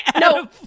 No